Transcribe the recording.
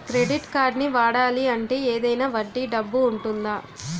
Credit కార్డ్ని వాడాలి అంటే ఏదైనా వడ్డీ డబ్బు ఉంటుందా?